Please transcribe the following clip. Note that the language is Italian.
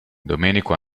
domenico